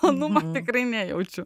malonumo tikrai nejaučiu